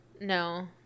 No